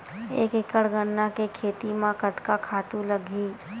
एक एकड़ गन्ना के खेती म कतका खातु लगही?